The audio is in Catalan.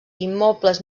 immobles